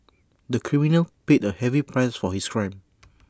the criminal paid A heavy price for his crime